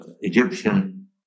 Egyptian